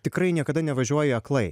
tikrai niekada nevažiuoji aklai